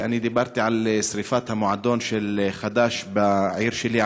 דיברתי על שרפת המועדון של חד"ש בעיר שלי,